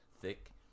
thick